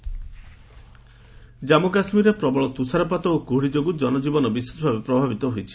weather Jammu କାଶ୍ମୀରରେ ପ୍ରବଳ ତୁଷାରପାତ ଓ କୁହୁଡ଼ି ଯୋଗୁଁ ଜନଜୀବନ ବିଶେଷ ଭାବେ ପ୍ରଭାବିତ ହୋଇଛି